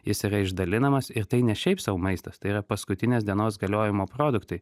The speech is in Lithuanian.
jis yra išdalinamas ir tai ne šiaip sau maistas tai yra paskutinės dienos galiojimo produktai